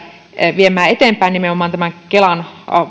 viemään eteenpäin tätä selvitystä nimenomaan kelan